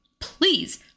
please